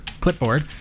clipboard